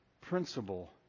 principle